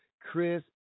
Chris